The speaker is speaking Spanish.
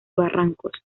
barrancos